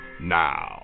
now